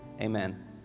amen